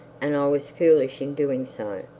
and i was foolish in doing so.